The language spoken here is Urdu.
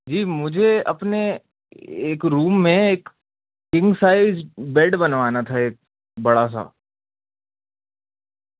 جی مجھے اپنے ایک روم میں ایک کنگ سائز بیڈ بنوانا تھا ایک بڑا سا